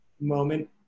moment